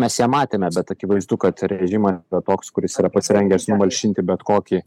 mes ją matėme bet akivaizdu kad režimas yra toks kuris yra pasirengęs numalšinti bet kokį